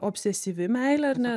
obsesyvi meilė ar ne